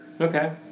okay